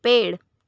पेड़